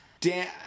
Dan